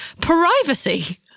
privacy